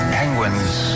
penguins